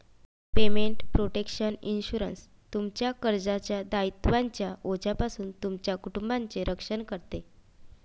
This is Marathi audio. पेमेंट प्रोटेक्शन इन्शुरन्स, तुमच्या कर्जाच्या दायित्वांच्या ओझ्यापासून तुमच्या कुटुंबाचे रक्षण करते